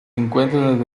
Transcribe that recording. encuentran